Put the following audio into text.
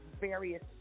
various